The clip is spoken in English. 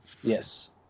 Yes